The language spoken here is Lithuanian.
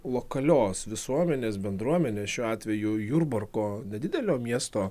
lokalios visuomenės bendruomenė šiuo atveju jurbarko nedidelio miesto